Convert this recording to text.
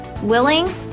willing